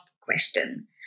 question